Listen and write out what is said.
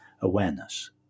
awareness